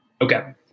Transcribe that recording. Okay